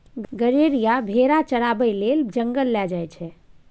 गरेरिया भेरा चराबै लेल जंगल लए जाइ छै